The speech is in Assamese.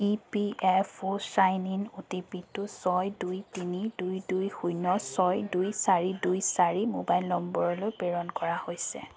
E P F O sign in অ'টিপিটো ছয় দুই তিনি দুই দুই শূন্য ছয় দুই চাৰি দুই চাৰি ম'বাইল নম্বৰলৈ প্ৰেৰণ কৰা হৈছে